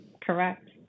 correct